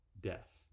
death